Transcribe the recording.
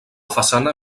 façana